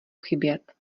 chybět